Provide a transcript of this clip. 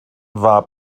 war